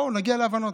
בואו נגיע להבנות.